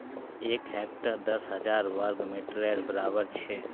एक हेक्टर दस हजार वर्ग मिटरेर बड़ाबर छे